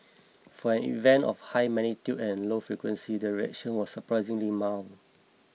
for an event of high magnitude and low frequency the reaction was surprisingly mild